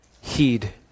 heed